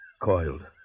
coiled